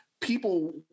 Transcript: people